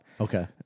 Okay